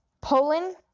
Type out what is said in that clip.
Poland